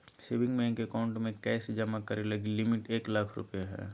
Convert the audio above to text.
saving bank account में cash जमा करे लगी लिमिट एक लाख रु हइ